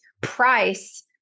price